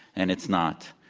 and it's not.